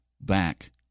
back